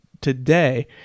today